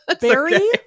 Barry